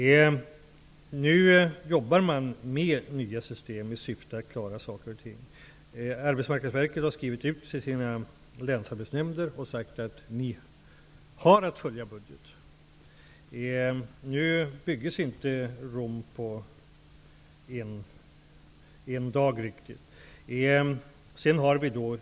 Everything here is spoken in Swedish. Nu jobbar man med nya system i syfte att klara saker och ting. Arbetsmarknadsverket har skrivit till länsarbetsnämnderna och sagt att de har att följa sin budget. Men Rom byggdes inte på en dag.